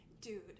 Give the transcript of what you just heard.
dude